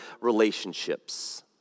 relationships